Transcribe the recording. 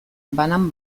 banan